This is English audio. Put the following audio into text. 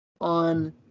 on